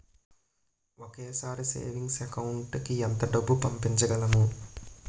ఒకేసారి savings account కి ఎంత డబ్బు పంపించగలము?